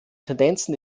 tendenzen